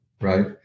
Right